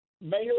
Mayor